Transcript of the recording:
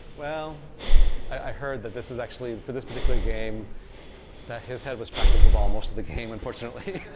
well i heard that this was actually, for this particular game that his head was tracked as the ball most of the game, unfortunately.